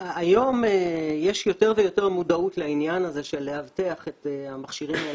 היום יש יותר ויותר מודעות לעניין הזה של לאבטח את המכשירים האלה.